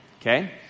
Okay